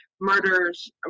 murders